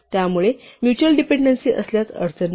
त्यामुळे mutual dependency असल्यास अडचण नाही